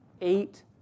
Eight